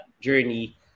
journey